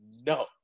no